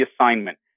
assignment